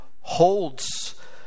holds